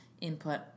input